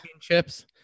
chips